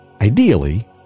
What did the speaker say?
ideally